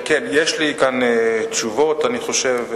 כן, יש לי כאן תשובות לכולם, אני חושב.